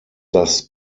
das